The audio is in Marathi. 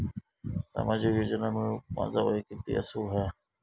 सामाजिक योजना मिळवूक माझा वय किती असूक व्हया?